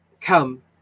Come